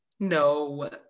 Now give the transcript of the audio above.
no